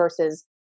versus